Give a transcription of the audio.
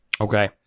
Okay